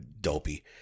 dopey